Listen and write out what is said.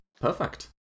Perfect